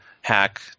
hack